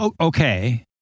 okay